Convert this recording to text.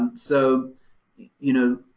um so you know,